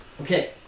Okay